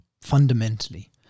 fundamentally